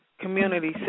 community